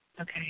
Okay